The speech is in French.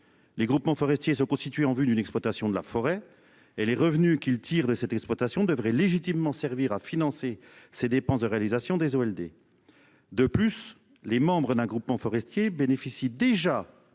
Les groupements forestiers se constituer en vue d'une exploitation de la forêt et les revenus qu'ils tirent de cette exploitation devrait légitimement servir à financer ces dépenses de réalisation des ALD. De plus les membres d'un groupement forestier bénéficient déjà